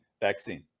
vaccine